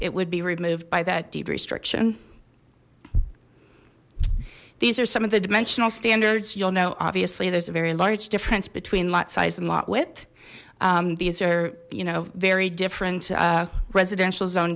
it would be removed by that deep restriction these are some of the dimensional standards you'll know obviously there's a very large difference between lot size and lot width these are you know very different residential zone